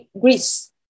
greece